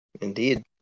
Indeed